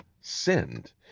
sinned